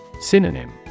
Synonym